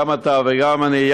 גם אתה וגם אני,